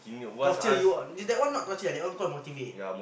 torture you ah did that one not torture at all quite motivate